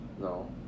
No